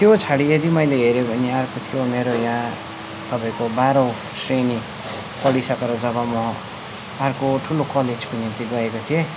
त्यो क्षण यदि मैले हेऱ्यो भने अर्को थियो मेरो यहाँ तपाईँको बाह्रौँ श्रेणी पढिसकेर जब म अर्को ठुलो कलेजको निम्ति गएको थिएँ